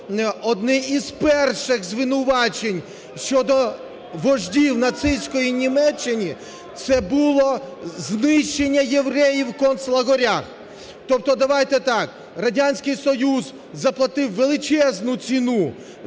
одне із перших звинувачень щодо вождів нацистської Німеччини – це було знищення євреїв у концлагерях. Тобто давайте так, Радянський Союз заплатив величезні ціну